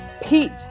Pete